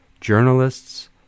journalists